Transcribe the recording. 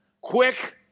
quick